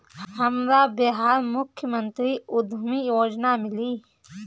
हमरा बिहार मुख्यमंत्री उद्यमी योजना मिली?